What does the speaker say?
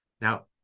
Now